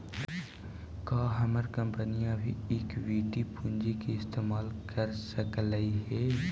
का हमर कंपनी अभी इक्विटी पूंजी का इस्तेमाल कर सकलई हे